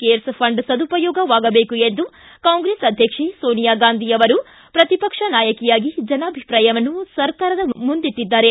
CARES fund ಸದುಪಯೋಗವಾಗಬೇಕು ಎಂದು Congress ಅಧ್ವಕ್ಷೆ ಸೋನಿಯಾ ಗಾಂಧಿಯವರು ಪ್ರತಿಪಕ್ಷ ನಾಯಕಿಯಾಗಿ ಜನಾಭಿಪ್ರಾಯವನ್ನು ಸರ್ಕಾರದ ಮುಂದಿಟ್ಟಿದ್ದಾರೆ